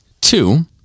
two